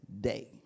day